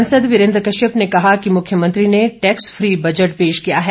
सांसद वीरेन्द्र कश्यप ने कहा कि मुख्यमंत्री ने टैक्स फ्री बजट पेश किया है